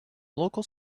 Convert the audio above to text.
local